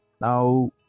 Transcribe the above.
Now